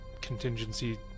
contingency